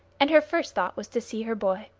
and her first thought was to see her boy.